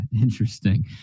Interesting